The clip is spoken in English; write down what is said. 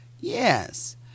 Yes